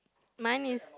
mine is